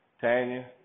Tanya